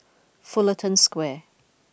Fullerton Square